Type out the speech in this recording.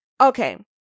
Okay